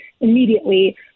immediately